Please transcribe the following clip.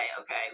okay